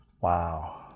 Wow